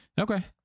okay